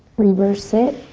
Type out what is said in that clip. reverse it.